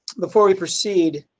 before we proceed,